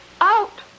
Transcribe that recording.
out